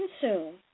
consume